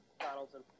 Donaldson